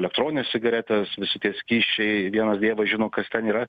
elektroninės cigaretės visi tie skysčiai vienas dievas žino kas ten yra